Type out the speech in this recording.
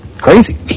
crazy